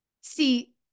see